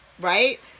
right